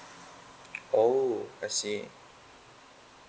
oh I see